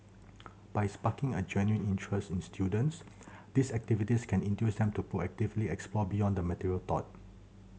by sparking a genuine interest in students these activities can induce them to proactively explore beyond the material taught